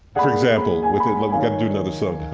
for example, we're gonna do another song